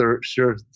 sure